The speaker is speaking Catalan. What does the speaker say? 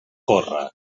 corre